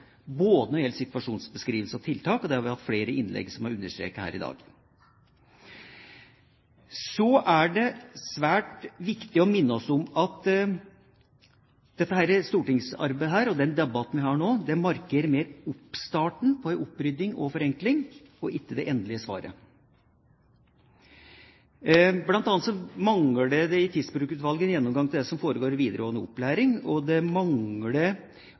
når det gjelder både situasjonsbeskrivelse og tiltak. Vi har hatt flere innlegg hvor dette er understreket her i dag. Så er det svært viktig å minne om at det stortingsarbeidet og den debatten vi har nå, markerer mer oppstarten på en opprydding og en forenkling, ikke det endelige svaret. Blant annet mangler det i Tidsbrukutvalget en gjennomgang av det som foregår i videregående opplæring. Det mangler